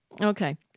Okay